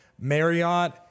Marriott